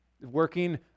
Working